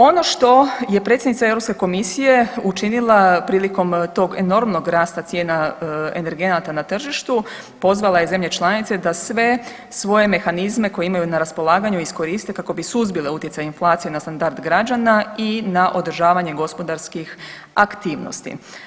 Ono što je predsjednica Europske komisije učinila prilikom tog enormnog rasta cijena energenata na tržištu, pozvala je zemlje članice da sve svoje mehanizme koje imaju na raspolaganju iskoriste kako bi suzbile utjecaj inflacije na standard građana i na održavanje gospodarskih aktivnosti.